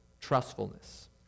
trustfulness